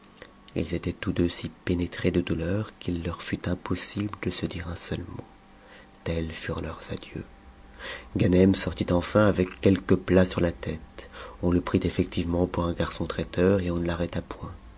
ils étaient tous deux si pénétrés de douleur qu'il leur fut impossible de se dire un seul mot tels furent leurs adieux ganem sortit enfin avec quelques plats sur la tète on le prit effectivement pour un garçon traiteur et on ne l'arrêta point